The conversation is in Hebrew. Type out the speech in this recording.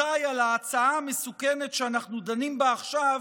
אזי על ההצעה המסוכנת שאנחנו דנים בה עכשיו